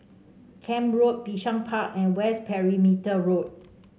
Camp Road Bishan Park and West Perimeter Road